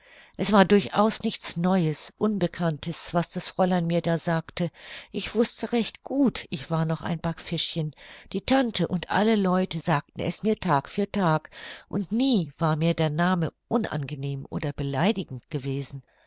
es war durchaus nichts neues unbekanntes was das fräulein mir da sagte ich wußte recht gut ich war noch ein backfischchen die tante und alle leute sagten es mir tag für tag und nie war mir der name unangenehm oder beleidigend gewesen